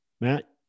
Matt